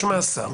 מאסר,